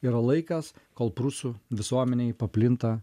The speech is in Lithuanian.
yra laikas kol prūsų visuomenėj paplinta